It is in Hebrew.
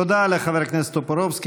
תודה לחבר הכנסת טופורובסקי.